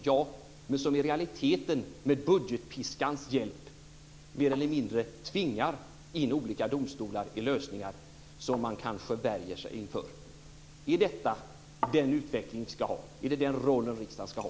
Ja, men som i realiteten med budgetpiskans hjälp mer eller mindre tvingar in olika domstolar i lösningar som man kanske värjer sig inför. Är detta den utveckling som vi ska ha? Är det den roll som riksdagen ska ha?